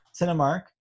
Cinemark